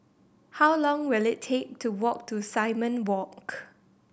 how long will it take to walk to Simon Walk